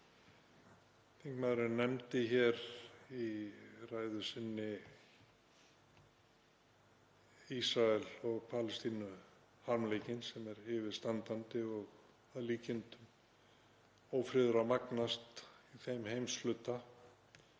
Þingmaðurinn nefndi í ræðu sinni Ísrael og Palestínu harmleikinn sem er yfirstandandi og að líkindum ófriðurinn að magnast í þeim heimshluta.